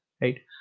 right